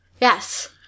Yes